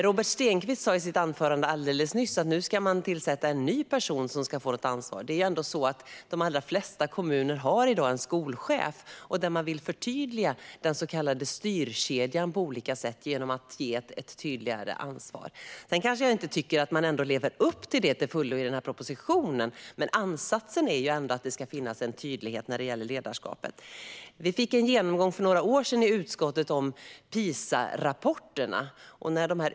Robert Stenkvist sa i sitt anförande alldeles nyss att det nu ska tillsättas en ny person som ska få ansvar. Men de allra flesta kommuner har i dag en skolchef och vill förtydliga den så kallade styrkedjan genom att ge ett tydligare ansvar. Sedan tycker jag kanske inte att man lever upp till detta till fullo i propositionen, men ansatsen är ändå att det ska finnas en tydlighet när det gäller ledarskapet. Vi fick en genomgång för några år sedan i utskottet om PISA-rapporterna.